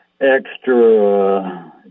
Extra